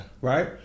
right